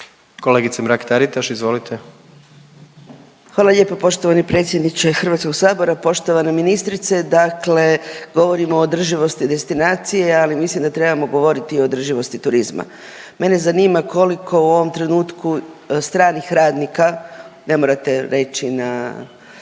izvolite. **Mrak-Taritaš, Anka (GLAS)** Hvala lijepo poštovani predsjedniče HS. Poštovana ministrice, dakle govorimo o održivosti destinacija, ali mislim da trebamo govoriti i o održivosti turizma. Mene zanima koliko u ovom trenutku stranih radnika, ne morate reći na,